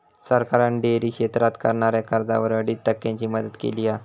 सरकारान डेअरी क्षेत्रात करणाऱ्याक कर्जावर अडीच टक्क्यांची मदत केली हा